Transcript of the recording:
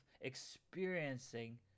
experiencing